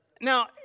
Now